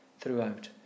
throughout